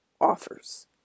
offers